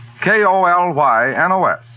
K-O-L-Y-N-O-S